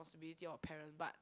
~ponsibility of parents but